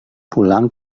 pulang